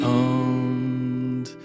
owned